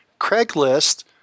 Craigslist